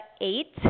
eight